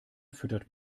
füttert